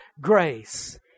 grace